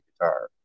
guitar